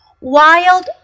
Wild